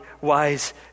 wise